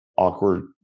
awkward